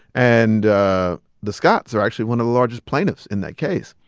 and the scotts are actually one of the largest plaintiffs in that case.